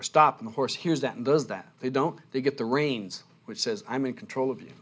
to stop the horse hears that does that they don't they get the reins which says i'm in control of you